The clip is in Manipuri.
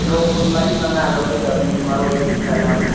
ꯀꯤꯂꯣ ꯀꯨꯟ ꯃꯔꯤ ꯃꯉꯥ ꯂꯧꯒꯗꯝꯅꯤ ꯃꯔꯣꯏ ꯆꯅꯝ